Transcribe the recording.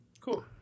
cool